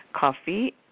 coffee